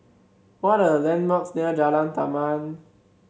what are the landmarks near Jalan Taman